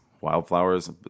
Wildflowers